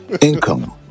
income